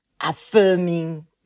affirming